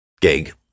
gig